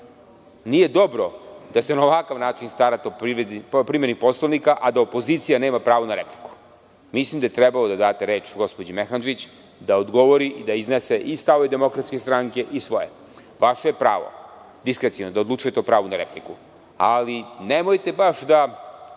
nije dobro da se na ovakav način starate o primeni Poslovnika, a da opozicija nema pravo na repliku. Mislim da je trebalo da date reč gospođi Mehandžić da odgovori i da iznese i stavove DS i svoje. Vaše je pravo, diskreciono, da odlučujete o pravu na repliku, ali nemojte baš da